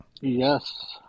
Yes